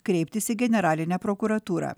kreiptis į generalinę prokuratūrą